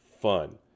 fun